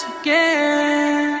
again